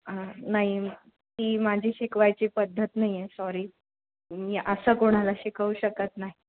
ह नाही ती माझी शिकवायची पद्धत नाही आहे सॉरी मी असं कोणाला शिकवू शकत नाही